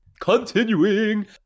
Continuing